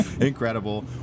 Incredible